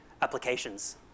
applications